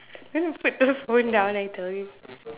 you're put the phone down I tell you